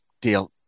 deal